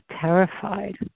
terrified